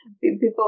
People